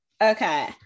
Okay